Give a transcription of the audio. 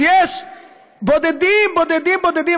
אז יש בודדים בודדים בודדים,